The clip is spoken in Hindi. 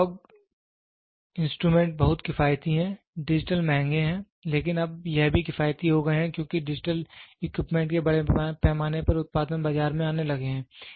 एनालॉग इंस्ट्रूमेंट्स बहुत किफायती हैं डिजिटल महंगे हैं लेकिन अब यह भी किफायती हो गए हैं क्योंकि डिजिटल इक्विपमेंट के बड़े पैमाने पर उत्पादन बाजार में आने लगे हैं